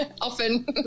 Often